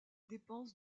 dépenses